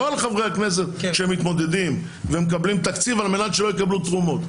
לא על חברי הכנסת שמתמודדים ומקבלים תקציב על מנת שלא יקבלו תרומות.